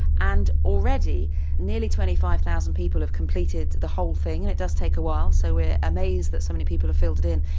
and already nearly twenty five thousand people have completed the whole thing, and it does take a while, so we're amazed that so many people have filled it in.